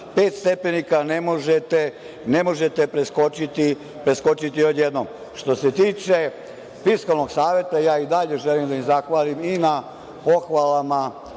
stepenika ne možete preskočiti odjednom. Što se tiče Fiskalnog saveta, ja i dalje želim da im zahvalim i na pohvalama,